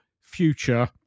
future